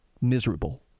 miserable